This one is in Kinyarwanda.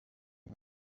nta